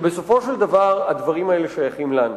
שבסופו של דבר הדברים האלה שייכים לנו,